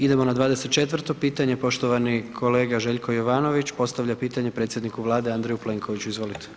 Idemo na 24 pitanje, poštovani kolega Željko Jovanović postavlja pitanje predsjedniku Vlade Andreju Plenkoviću, izvolite.